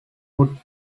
would